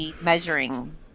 measuring